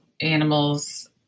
animals